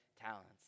talents